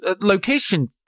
location